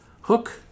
Hook